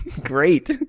great